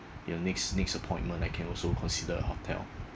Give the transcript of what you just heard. ya next next appointment I can also consider hotel